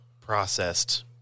processed